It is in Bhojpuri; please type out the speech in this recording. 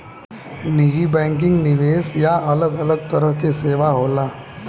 निजी बैंकिंग, निवेश आ अलग अलग तरह के सेवा होला